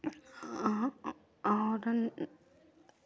और